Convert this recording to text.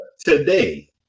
Today